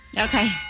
Okay